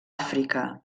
àfrica